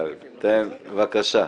בבקשה.